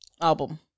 Album